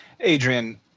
Adrian